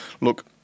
Look